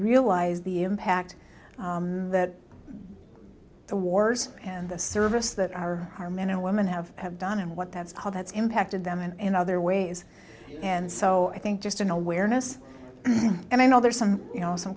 realize the impact that the wars and the service that our our men and women have have done and what that's how that's impacted them and in other ways and so i think just an awareness and i know there's some you know some